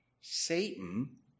Satan